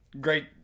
great